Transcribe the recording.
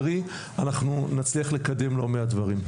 אנחנו נצליח לקדם לא מעט דברים.